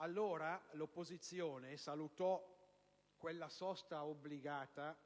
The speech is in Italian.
Allora, l'opposizione salutò quella sosta obbligata